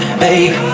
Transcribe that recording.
babe